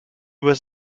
was